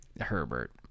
Herbert